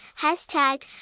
hashtag